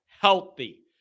healthy